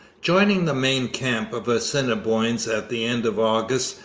joining the main camp of assiniboines at the end of august,